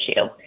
issue